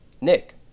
Nick